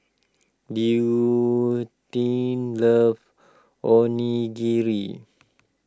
Leontine loves Onigiri